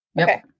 Okay